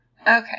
Okay